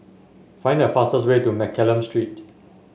find the fastest way to Mccallum Street